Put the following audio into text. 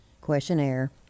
questionnaire